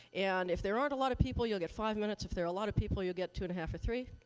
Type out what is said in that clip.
and if there aren't a lot of people, you'll get five minutes. if there are a lot of people, you'll get two and a half or three.